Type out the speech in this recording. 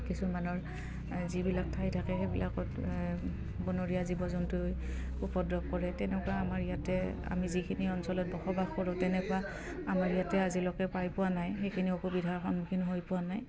কিছুমানৰ যিবিলাক ঠাই থাকে সেইবিলাকত বনৰীয়া জীৱ জন্তুৰ উপদ্ৰৱ কৰে তেনেকুৱা আমাৰ ইয়াতে আমি যিখিনি অঞ্চলত বসবাস কৰোঁ তেনেকুৱা আমাৰ ইয়াতে আজিলৈকে পাই পোৱা নাই সেইখিনি অসুবিধাৰ সন্মুখীন হৈ পোৱা নাই